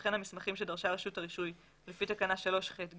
וכן המסמכים שדרשה רשות הרישוי לפי תקנה 3ח(ג),